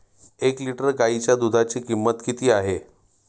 एक लिटर गाईच्या दुधाची किंमत किती आहे?